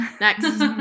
Next